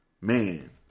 Man